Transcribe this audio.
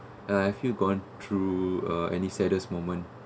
uh have you gone through uh any saddest moment